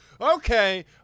Okay